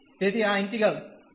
તેથી આ ઈન્ટિગ્રલ શું છે